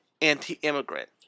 anti-immigrant